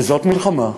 וזאת מלחמה,